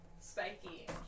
spiky